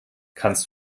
kannst